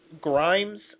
Grimes